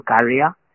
career